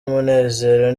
umunezero